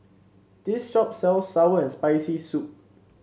this shop sells sour and Spicy Soup